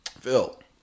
Phil